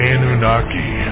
Anunnaki